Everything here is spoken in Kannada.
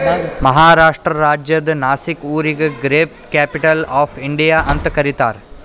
ಮಹಾರಾಷ್ಟ್ರ ರಾಜ್ಯದ್ ನಾಶಿಕ್ ಊರಿಗ ಗ್ರೇಪ್ ಕ್ಯಾಪಿಟಲ್ ಆಫ್ ಇಂಡಿಯಾ ಅಂತ್ ಕರಿತಾರ್